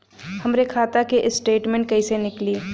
हमरे खाता के स्टेटमेंट कइसे निकली?